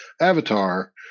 avatar